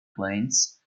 planes